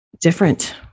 different